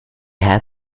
had